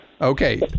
Okay